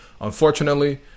unfortunately